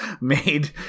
made